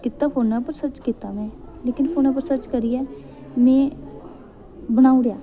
कीता फोनै उप्पर सर्च कीता में लेकिन फोनै उप्पर सर्च करियै में बनाई ओड़ेआ